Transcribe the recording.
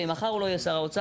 ולכן,